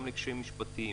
אלא גם קשיים משפטיים,